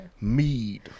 Mead